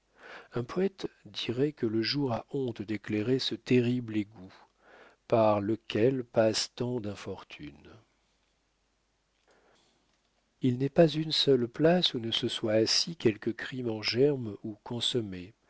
un poète dirait que le jour a honte d'éclairer ce terrible égout par lequel passent tant d'infortunes il n'est pas une seule place où ne se soit assis quelque crime en germe ou consommé